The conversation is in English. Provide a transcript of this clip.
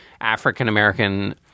African-American